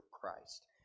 Christ